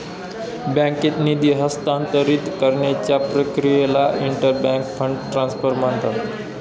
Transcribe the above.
बँकेत निधी हस्तांतरित करण्याच्या प्रक्रियेला इंटर बँक फंड ट्रान्सफर म्हणतात